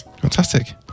Fantastic